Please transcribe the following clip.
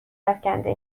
افکنده